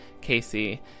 casey